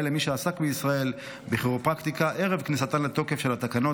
למי שעסק בישראל בכירופרקטיקה ערב כניסתן לתוקף של התקנות